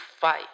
fight